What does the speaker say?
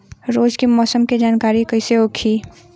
रोज के मौसम के जानकारी कइसे होखि?